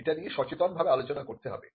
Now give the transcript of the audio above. এটা নিয়ে সচেতনভাবে আলোচনা করতে হবে